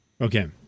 Okay